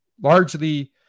largely